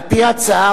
על-פי ההצעה,